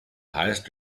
highest